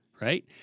Right